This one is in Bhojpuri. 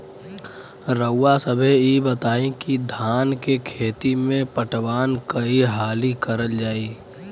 रउवा सभे इ बताईं की धान के खेती में पटवान कई हाली करल जाई?